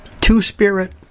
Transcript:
Two-spirit